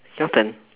your turn